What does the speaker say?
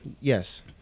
yes